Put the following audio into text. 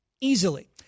easily